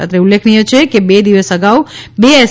અત્રે ઉલ્લોખનીય છે કે બે દિવસ અગાઉ બે એસ